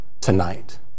tonight